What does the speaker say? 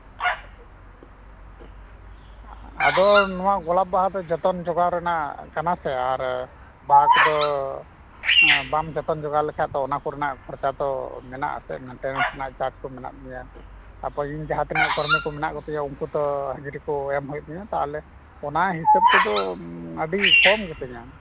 ᱟᱫᱚ ᱱᱚᱣᱟ ᱜᱳᱞᱟᱯ ᱵᱟᱦᱟ ᱫᱚ ᱡᱚᱛᱚᱱ ᱡᱚᱜᱟᱣ ᱨᱮᱱᱟᱜ ᱠᱟᱱᱟ ᱥᱮ ᱟᱨ ᱵᱟᱦᱟ ᱠᱚᱫᱚ ᱵᱟᱢ ᱡᱚᱛᱚᱱ ᱡᱚᱜᱟᱣ ᱞᱮᱠᱷᱟᱱ ᱚᱱᱟ ᱠᱚᱨᱮᱱᱟᱜ ᱠᱷᱚᱨᱪᱟ ᱫᱚ ᱢᱮᱱᱟᱜ ᱟᱥᱮ ᱢᱮᱱᱴᱮᱱᱮᱱᱥ ᱨᱮᱱᱟᱜ ᱪᱟᱨᱡ ᱠᱚ ᱢᱮᱱᱟᱜ ᱜᱮᱭᱟ ᱛᱟᱯᱚᱨᱮ ᱤᱧ ᱡᱟᱦᱟᱸᱛᱤᱱᱟᱹᱜ ᱠᱚᱨᱢᱤ ᱠᱚ ᱢᱮᱱᱟᱜ ᱠᱚ ᱛᱤᱧᱟ ᱩᱱᱠᱩ ᱛᱚ ᱦᱟᱡᱨᱤ ᱠᱚ ᱮᱢ ᱦᱩᱭᱩᱜ ᱛᱤᱧᱟᱹ ᱛᱟᱦᱞᱮ ᱚᱱᱟ ᱦᱤᱸᱥᱟᱹᱵ ᱛᱮᱫᱚ ᱟᱹᱰᱤ ᱠᱚᱢ ᱜᱮ ᱛᱤᱧᱟᱹ